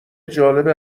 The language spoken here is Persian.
جالب